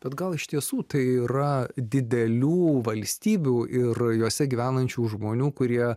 bet gal iš tiesų tai yra didelių valstybių ir juose gyvenančių žmonių kurie